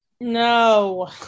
No